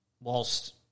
Whilst